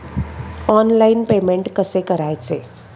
Online payment कसे करायचे?